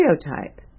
stereotype